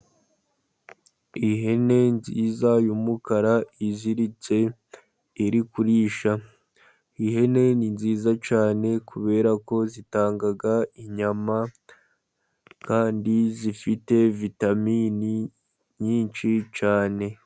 Ihene nziza y'umukara iziritse, iri kurisha. Ihene ni nziza cyane kubera ko zitanga inyama, kandi zifite vitamini nyinshi cyane.